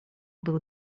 był